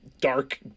dark